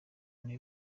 ine